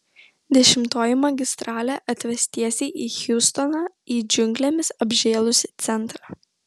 dešimtoji magistralė atves tiesiai į hjustoną į džiunglėmis apžėlusį centrą